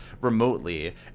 remotely